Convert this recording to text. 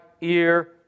ear